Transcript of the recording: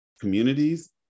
communities